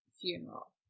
funeral